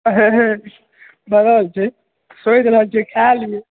भरल छै सोचि रहल छी खाय ली